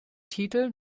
titel